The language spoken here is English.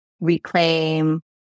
reclaim